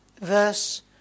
verse